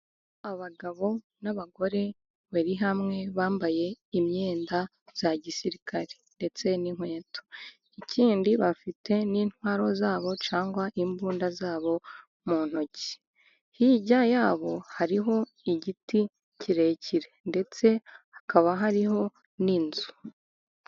Abagabo n'abagore bari hamwe bambaye imyenda ya gisirikare, ndetse n'inkweto. Ikindi bafite n'intwaro zabo cyangwa imbunda zabo mu ntoki. Hirya yabo hariho igiti kirekire, ndetse hakaba hariho n'inzu.